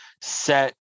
set